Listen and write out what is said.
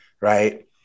right